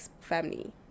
family